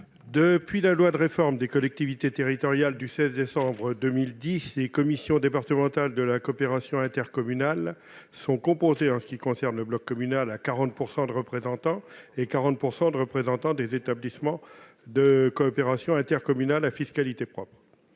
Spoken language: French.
Depuis la loi de réforme des collectivités territoriales du 16 décembre 2010, les commissions départementales de la coopération intercommunale sont composées, en ce qui concerne le bloc communal, à 40 % de représentants des communes et à 40 % de représentants d'établissements publics de coopération intercommunale à fiscalité propre.